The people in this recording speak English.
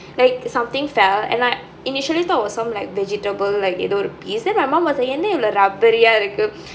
like something fell and I initially thought it was some vegetable like எதோ ஒரு:etho oru piece then my mom was like என்ன இவ்ளோ:enna ivalo rubbery ah இருக்கு:irukku